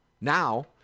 Now